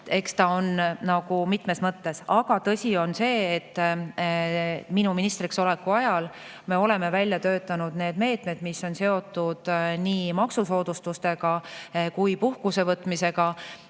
[oluline] nagu mitmes mõttes. Aga tõsi on see, et minu ministriks oleku ajal me oleme välja töötanud meetmed, mis on seotud nii maksusoodustustega kui ka puhkuse võtmisega.